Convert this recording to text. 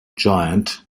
giant